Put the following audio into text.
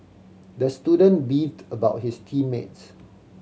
the student beefed about his team mates